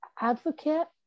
advocate